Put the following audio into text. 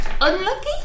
Unlucky